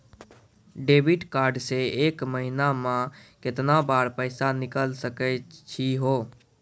Debit card से एक महीना मा केतना बार पैसा निकल सकै छि हो?